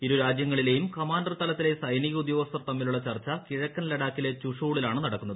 ഇരുരാജ്യങ്ങളിലെയും commander തലത്തിലെ സൈനിക ഉദ്യോഗസ്ഥർ തമ്മിലുള്ള ചർച്ച കിഴക്കൻ ലഡാക്കിലെ ചുഷുളിലാണ് നടക്കുന്നത്